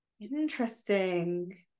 interesting